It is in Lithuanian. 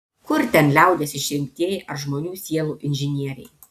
kur ten liaudies išrinktieji ar žmonių sielų inžinieriai